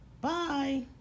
Bye